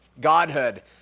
godhood